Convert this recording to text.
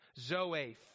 zoe